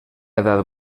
edad